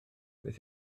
beth